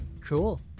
cool